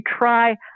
try